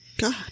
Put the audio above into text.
God